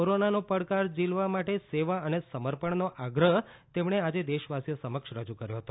કોરોનાનો પડકાર જીલવા માટે સેવા અને સમર્પણનો આગ્રહ તેમણે આજે દેશવાસીઓ સમક્ષ રજૂ કર્યો હતો